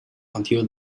until